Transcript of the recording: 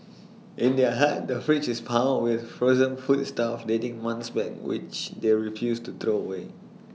in their hut the fridge is piled with frozen foodstuff dating months back which they refuse to throw away